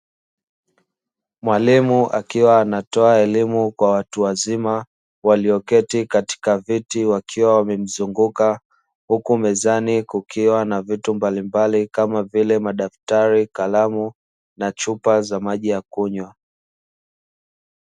Mwalimu akiwa anatoa elimu kwa watu wazima walioketi katika viti wakiwa wamemzunguka huku mezani kukiwa na vitu mbalimbali kama vile: madaftari, kalamu, na chupa za maji ya kunywa.